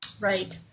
Right